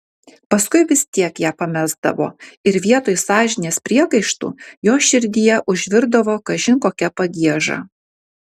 paskui vis tiek ją pamesdavo ir vietoj sąžinės priekaištų jo širdyje užvirdavo kažin kokia pagieža